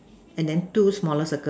and then two smaller circle